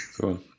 Cool